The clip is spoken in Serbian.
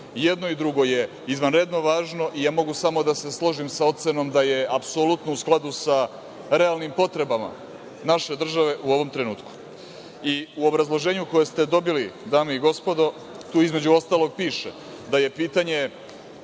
jedno i drugo je izvanredno važno. Mogu da se samo složim sa ocenom da je apsolutno u skladu sa realnim potrebama naše države u ovom trenutku.U obrazloženju koje ste dobili, dame i gospodo, tu između ostalog piše da je pitanje